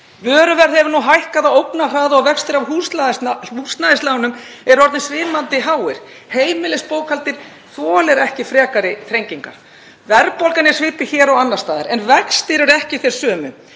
Vöruverð hefur hækkað á ógnarhraða og vextir af húsnæðislánum eru orðnir svimandi háir. Heimilisbókhaldið þolir ekki frekari þrengingar. Verðbólgan er svipuð hér og annars staðar en vextir eru ekki þeir sömu.